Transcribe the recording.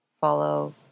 follow